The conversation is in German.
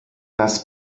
das